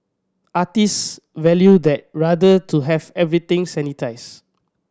artists value that rather to have everything sanitised